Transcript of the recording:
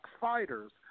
fighters